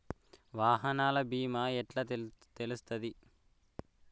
వాహనాల బీమా ఎట్ల తెలుస్తది?